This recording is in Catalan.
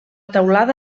teulada